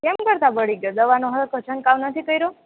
કેમ કરતાં બળી ગયો દવાનો સરખો છંટકાવ નથી કર્યો